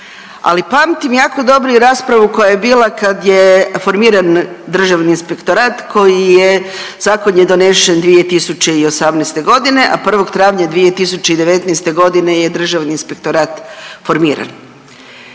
Ali pamtim jako dobro i raspravu koja je bila kad je formiran Državni inspektorat koji je, zakon je donesen 2018. godine, a 1. travnja 2019. godine je Državni inspektorat formiran.